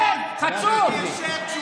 חבר הכנסת טיבי.